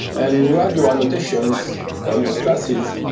and you add your annotations on your classes